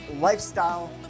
Lifestyle